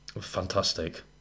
fantastic